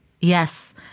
Yes